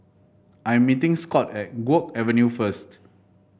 I am meeting Scot at Guok Avenue first